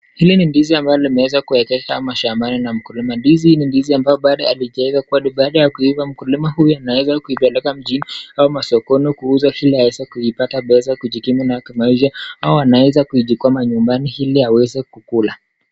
Hili ni ndizi ambayo imeweza kuegezwa mashambani na mkulima. ndizi hii ni ndizi ambayo bado haijaiva kwani baada ya kuiva mkulima anaweza kuichukua jijini au sokoni ili aweze kuiuza apate pesa ya kujikimu kimaisha ama anaweza kuichukua nyumbani ili aweze kuikula.